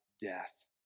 death